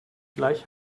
gleich